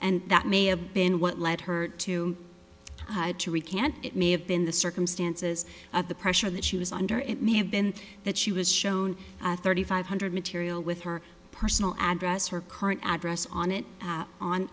and that may have been what led her to recant it may have been the circumstances of the pressure that she was under it may have been that she was shown thirty five hundred material with her personal address her current address on it